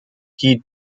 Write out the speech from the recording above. die